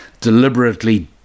deliberately